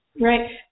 Right